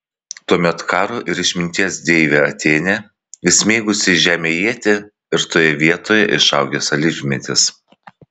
tuomet karo ir išminties deivė atėnė įsmeigusi į žemę ietį ir toje vietoje išaugęs alyvmedis